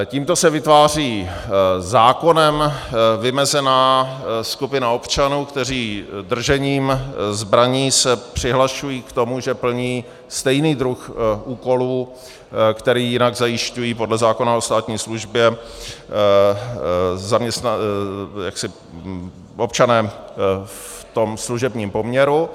Tímto se vytváří zákonem vymezená skupina občanů, kteří držením zbraní se přihlašují k tomu, že plní stejný druh úkolů, který jinak zajišťují podle zákona o státní službě občané v tom služebním poměru.